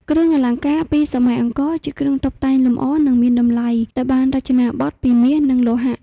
គ្រឿងអលង្ការពីសម័យអង្គរជាគ្រឿងតុបតែងលម្អនិងមានតម្លៃដែលបានរចនាបថពីមាសនិងលោហៈ។